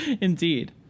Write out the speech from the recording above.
Indeed